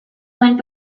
went